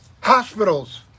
Hospitals